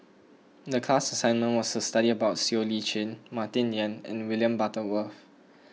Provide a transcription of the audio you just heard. the class assignment was to study about Siow Lee Chin Martin Yan and William Butterworth